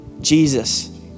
Jesus